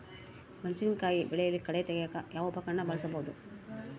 ಮೆಣಸಿನಕಾಯಿ ಬೆಳೆಯಲ್ಲಿ ಕಳೆ ತೆಗಿಯಾಕ ಯಾವ ಉಪಕರಣ ಬಳಸಬಹುದು?